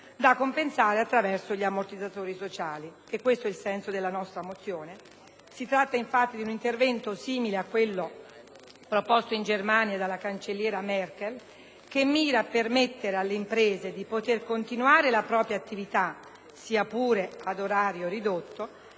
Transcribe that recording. da compensare attraverso gli ammortizzatori sociali. Questo è il senso della nostra mozione. Si tratta di un intervento simile a quello proposto in Germania dalla cancelliera Merkel, che mira a permettere alle imprese di poter continuare la propria attività (sia pure ad orario ridotto)